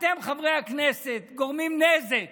אתם, חברי הכנסת, גורמים נזק